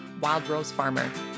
wildrosefarmer